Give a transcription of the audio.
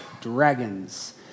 dragons